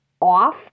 off